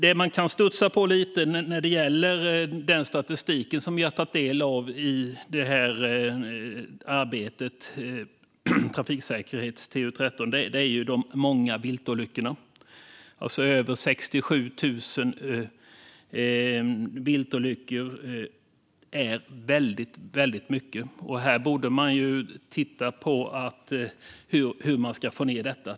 Det som lite grann kan få en att studsa när det gäller den statistik vi tagit del av i arbetet med TU13 är de många viltolyckorna. Över 67 000 viltolyckor är väldigt mycket. Här borde man titta på hur man ska få ned detta.